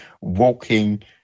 walking